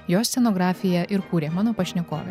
jo scenografiją ir kūrė mano pašnekovė